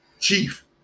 chief